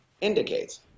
indicates